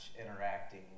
interacting